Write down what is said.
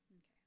okay